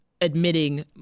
admitting